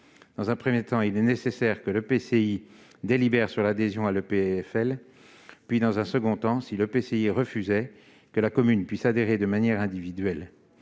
Dans un premier temps, il est nécessaire que l'EPCI délibère sur l'adhésion à l'EPFL puis, dans un second temps, en cas de refus de l'EPCI, que la commune puisse adhérer de manière individuelle.